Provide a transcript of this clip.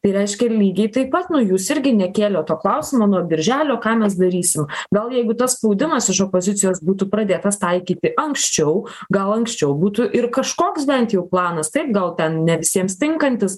tai reiškia lygiai taip pat nu jūs irgi nekėlėt to klausimo nuo birželio ką mes darysim gal jeigu tas spaudimas iš opozicijos būtų pradėtas taikyti anksčiau gal anksčiau būtų ir kažkoks bent jau planas taip gal ten ne visiems tinkantis